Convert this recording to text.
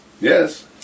yes